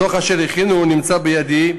הדוח אשר הם הכינו נמצא בידי,